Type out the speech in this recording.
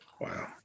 wow